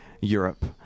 Europe